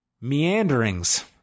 Meanderings